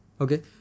Okay